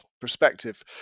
perspective